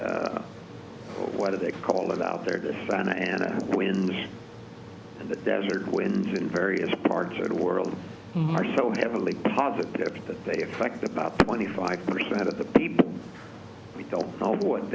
the what do they call it out there to santa ana winds in the desert wind in various parts of the world market so heavily positive because they affect about twenty five percent of the people we don't know what